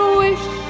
wish